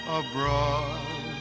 abroad